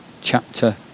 chapter